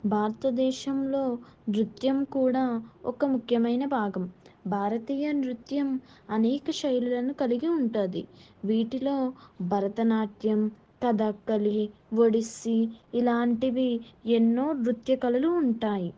భారతదేశంలో నృత్యం కూడా ఒక ముఖ్యమైన భాగం భారతీయ నృత్యం అనేక శైలులను కలిగి ఉంటుంది వీటిలో భరతనాట్యం కథాకళి ఒడిస్సి ఇలాంటివి ఎన్నో నృత్య కళలు ఉంటాయి